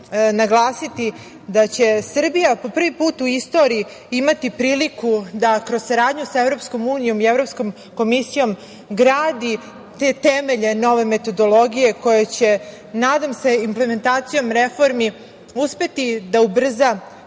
naglasiti je da će Srbija po prvi put u istoriji imati priliku da kroz saradnju sa EU i Evropskom komisijom gradi te temelje nove metodologije koja će, nadam se, i implementacijom reformi uspeti da ubrza